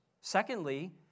Secondly